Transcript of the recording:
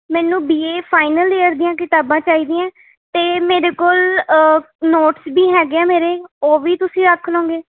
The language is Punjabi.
ਮੈਨੂੰ ਬੀ ਏ ਫਾਈਨਲ ਈਅਰ ਦੀਆਂ ਕਿਤਾਬਾਂ ਚਾਹੀਦੀਆਂ ਅਤੇ ਮੇਰੇ ਕੋਲ ਨੋਟਸ ਵੀ ਹੈਗੇ ਆ ਮੇਰੇ ਉਹ ਵੀ ਤੁਸੀਂ ਰੱਖ ਲਵੋਂਗੇ